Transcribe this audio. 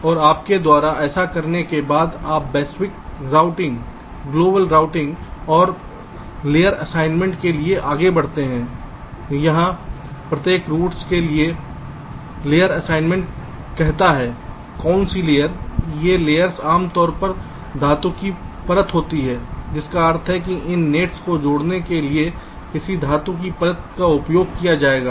और आपके द्वारा ऐसा करने के बाद आप वैश्विक रूटिंग और लेयर असाइनमेंट के लिए आगे बढ़ सकते हैं जहां प्रत्येक रूट्स के लिए लेयर असाइनमेंट कहता है कौनसी लेयर ये लेयर्स आमतौर पर धातु की परत होती हैं जिसका अर्थ है कि इन नेट्स को जोड़ने के लिए किस धातु की परत का उपयोग किया जाएगा